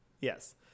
Yes